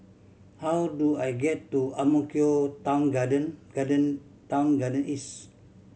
how do I get to Ang Mo Kio Town Garden Garden Town Garden East